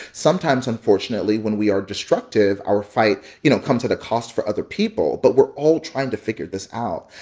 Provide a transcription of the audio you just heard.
sometimes, unfortunately, when we are destructive, our fight, you know, comes at a cost for other people, but we're all trying to figure this out.